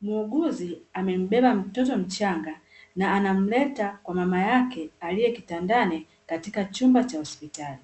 Muuguzi amembeba mtoto mchanga na anamleta kwa mama yake aliye kitandani katika chumba cha hospitali,